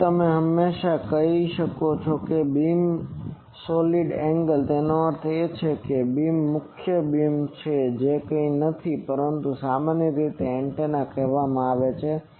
હવે તમે હંમેશાં કહી શકો છો કે બીમ સોલિડ એન્ગલ તેનો અર્થ એ છે કે બીમ મુખ્ય બીમ જે કંઈ નથી પરંતુ તે સામાન્ય રીતે એન્ટેના કહેવામાં આવે છે